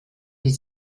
wie